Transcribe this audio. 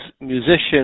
musicians